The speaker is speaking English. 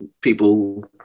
people